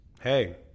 Hey